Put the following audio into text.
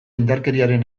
indarkeriaren